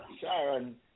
Sharon